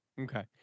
Okay